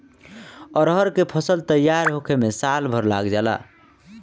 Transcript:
अरहर के फसल तईयार होखला में साल भर लाग जाला